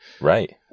Right